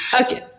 Okay